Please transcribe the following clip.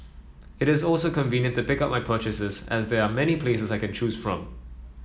it is also convenient to pick up my purchases as there are many places I can choose from